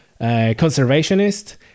conservationist